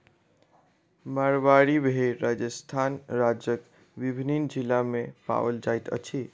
मारवाड़ी भेड़ राजस्थान राज्यक विभिन्न जिला मे पाओल जाइत अछि